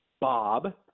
Bob